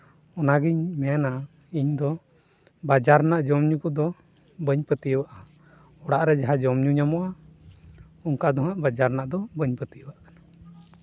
ᱚᱱᱟᱜᱮᱧ ᱢᱮᱱᱟ ᱤᱧ ᱫᱚ ᱵᱟᱡᱟᱨ ᱨᱮᱱᱟᱜ ᱡᱚᱢ ᱧᱩ ᱠᱚᱫᱚ ᱵᱟᱹᱧ ᱯᱟᱹᱛᱭᱟᱹᱣᱟᱜᱼᱟ ᱚᱲᱟᱜ ᱨᱮ ᱡᱟᱦᱟᱸ ᱡᱚᱢ ᱧᱩ ᱧᱟᱢᱚᱜᱼᱟ ᱚᱱᱠᱟ ᱫᱚᱦᱟᱸᱜ ᱵᱟᱡᱟᱨ ᱨᱮᱱᱟᱜ ᱫᱚ ᱵᱟᱹᱧ ᱯᱟᱹᱛᱭᱟᱹᱣᱟᱜ ᱠᱟᱱᱟ